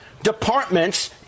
departments